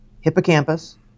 Hippocampus